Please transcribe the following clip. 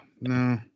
No